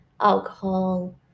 alcohol